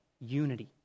unity